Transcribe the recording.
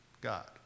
God